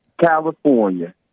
California